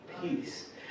peace